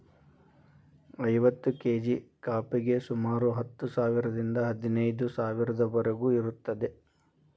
ಐವತ್ತು ಕೇಜಿ ಕಾಫಿಗೆ ಸುಮಾರು ಹತ್ತು ಸಾವಿರದಿಂದ ಹದಿನೈದು ಸಾವಿರದವರಿಗೂ ಇರುತ್ತದೆ